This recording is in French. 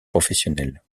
professionnelle